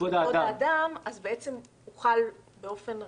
מכבוד האדם, הוא חל באופן רחב.